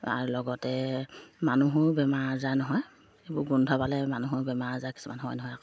আৰু লগতে মানুহো বেমাৰ আজাৰ নহয় এইবোৰ গোন্ধ পালে মানুহৰো বেমাৰ আজাৰ কিছুমান হয় নহয় আকৌ